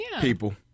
people